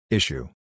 Issue